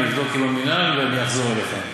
אני אבדוק עם המינהל, ואני אחזור אליך.